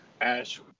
Ash